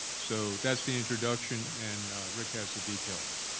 so that's the introduction and rick has the details.